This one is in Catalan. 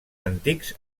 antics